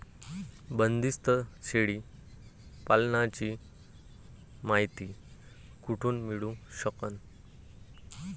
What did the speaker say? बंदीस्त शेळी पालनाची मायती कुठून मिळू सकन?